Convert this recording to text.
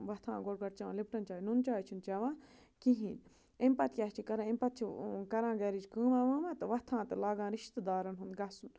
وۄتھان گۄڈٕ گۄڈٕ چٮ۪وان لِپٹَن چاے نُن چاے چھِنہٕ چٮ۪وان کِہیٖنۍ اَمۍ پَتہٕ کیٛاہ چھِ کَران اَمہِ پَتہٕ چھِ کَران گَرِچ کٲما وٲمہ تہٕ وۄتھان تہٕ لاگان رِشتہٕ دارَن ہُنٛد گَژھُن